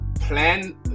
plan